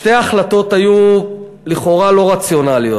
שתי ההחלטות היו לכאורה לא רציונליות,